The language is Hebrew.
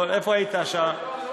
איפה היית עכשיו?